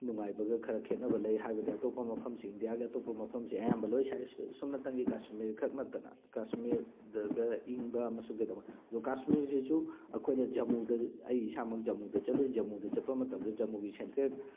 ꯅꯨꯡꯉꯥꯏꯕꯒ ꯈꯔ ꯈꯦꯠꯅꯕ ꯂꯩ ꯍꯥꯏꯕꯗꯤ ꯑꯇꯣꯞꯄ ꯃꯐꯝꯁꯤꯡ ꯏꯟꯗꯤꯌꯥ ꯑꯇꯣꯞꯄ ꯃꯐꯝꯁꯦ ꯑꯌꯥꯝꯕ ꯂꯣꯏ ꯁꯥꯏ ꯁꯨꯞꯅꯇꯪꯒꯤ ꯀꯥꯁꯃꯤꯔꯈꯛ ꯅꯠꯇꯅ ꯀꯥꯁꯃꯤꯔꯗꯗ ꯏꯪꯕ ꯑꯃꯁꯨꯡ ꯀꯩꯗꯧꯕ ꯑꯗꯣ ꯀꯥꯁꯃꯤꯔꯁꯤꯁꯨ ꯑꯩꯈꯣꯏꯅ ꯖꯃꯨꯗ ꯑꯩ ꯏꯁꯥꯃꯛ ꯖꯃꯨꯗ ꯆꯠꯂꯨꯏ ꯖꯃꯨꯗ ꯆꯠꯄ ꯃꯇꯝꯗ ꯖꯃꯨꯒꯤ ꯁꯦꯟꯇ꯭ꯔꯦꯜ